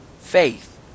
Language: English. faith